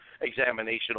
examination